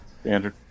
standard